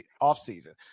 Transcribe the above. off-season